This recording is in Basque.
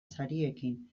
sariekin